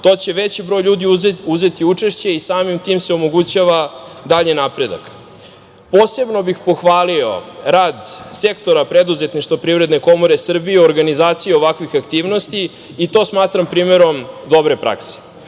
to će veći broj ljudi uzeti učešće i samim tim im se omogućava dalji napredak. Posebno bih pohvalio rad Sektora preduzetništva Privredne komore Srbije u organizaciji ovakvih aktivnosti i to smatram primerom dobre prakse.